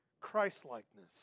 Christ-likeness